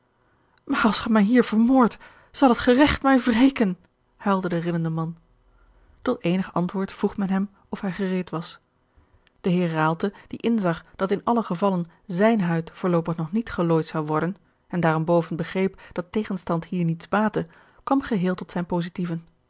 maar als gij mij hier vermoordt zal het geregt mij wreken huilde de rillende man tot eenig antwoord vroeg men hem of hij gereed was de heer raalte die inzag dat in alle gevallen zijn huid voorloopig nog niet gelooid zou worden en daarenboven begreep dat tegenstand hier niets baatte kwam geheel tot zijne positieven